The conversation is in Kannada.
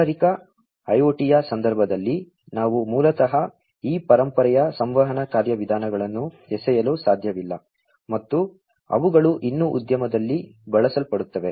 ಕೈಗಾರಿಕಾ IoT ಯ ಸಂದರ್ಭದಲ್ಲಿ ನಾವು ಮೂಲತಃ ಈ ಪರಂಪರೆಯ ಸಂವಹನ ಕಾರ್ಯವಿಧಾನಗಳನ್ನು ಎಸೆಯಲು ಸಾಧ್ಯವಿಲ್ಲ ಮತ್ತು ಅವುಗಳು ಇನ್ನೂ ಉದ್ಯಮದಲ್ಲಿ ಬಳಸಲ್ಪಡುತ್ತವೆ